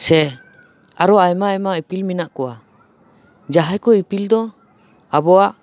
ᱥᱮ ᱟᱨᱚ ᱟᱭᱢᱟ ᱟᱭᱢᱟ ᱤᱯᱤᱞ ᱢᱮᱱᱟᱜ ᱠᱚᱣᱟ ᱡᱟᱦᱟᱸᱭ ᱠᱚ ᱤᱯᱤᱞ ᱫᱚ ᱟᱵᱚᱣᱟᱜ